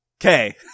Okay